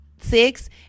six